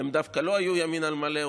הן דווקא לא היו ימין על מלא,